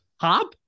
Hop